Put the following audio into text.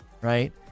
right